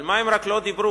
על מה הם רק לא דיברו?